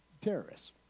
terrorists